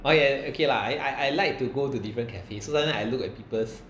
oh ya okay lah I I like to go to different cafes so sometimes I look at people's